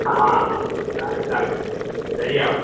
હા હા હા ચાલે ચાલે જઈ અવાય